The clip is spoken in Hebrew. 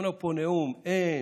שמענו פה נאום: אין,